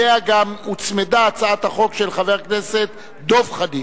שאליה הוצמדה גם הצעת החוק של חבר הכנסת דב חנין.